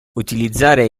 utilizzare